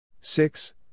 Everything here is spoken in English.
Six